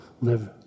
live